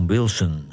Wilson